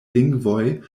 lingvoj